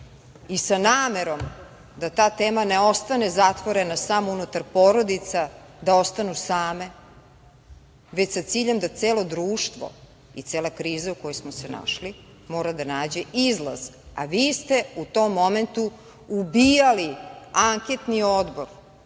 i sa namerom da ta tema ne ostane zatvorena samo unutar porodica, da ostanu same, već sa ciljem da celo društvo i cela kriza u kojoj smo se našli mora da nađe izlaz, a vi ste u tom momentu ubijali anketni odbor